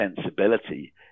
sensibility